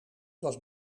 was